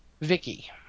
Vicky